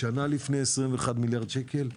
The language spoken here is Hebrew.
שנה לפני 21 מיליארד שקל,